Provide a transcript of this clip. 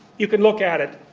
you can look at it,